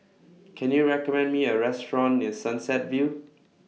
Can YOU recommend Me A Restaurant near Sunset View